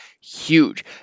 huge